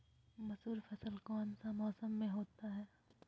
मसूर फसल कौन सा मौसम में होते हैं?